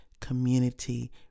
community